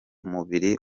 umubiri